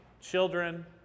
Children